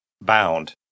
bound